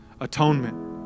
atonement